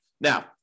Now